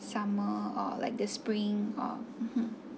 summer or like the spring or mmhmm